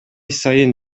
сайын